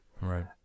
Right